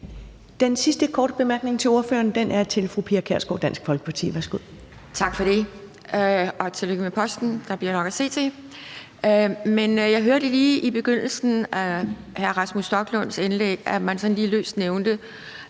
Den sidste korte bemærkning til ordføreren er fra fru Pia Kjærsgaard, Dansk Folkeparti. Værsgo. Kl. 10:35 Pia Kjærsgaard (DF) : Tak for det. Tillykke med posten; der bliver nok at se til. Jeg hørte i begyndelsen af hr. Rasmus Stoklunds indlæg, at man sådan lige løst nævnte,